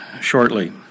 shortly